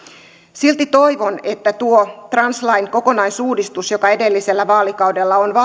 silti toivon että tuo translain kokonaisuudistus joka edellisellä vaalikaudella on valmisteltu